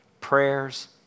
Prayers